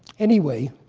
anyway,